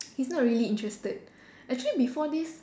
he's not really interested actually before this